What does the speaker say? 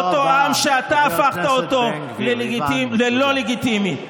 אותו עם שאתה הפכת אותו ללא לגיטימי,